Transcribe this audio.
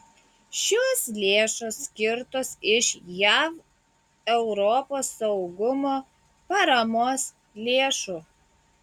šios lėšos skirtos iš jav europos saugumo paramos lėšų